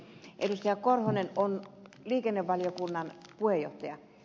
martti korhonen olette liikennevaliokunnan puheenjohtaja